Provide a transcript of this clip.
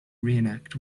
reenact